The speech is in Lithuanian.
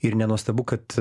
ir nenuostabu kad